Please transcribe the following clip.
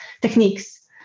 techniques